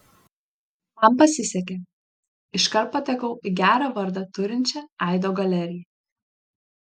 man pasisekė iškart patekau į gerą vardą turinčią aido galeriją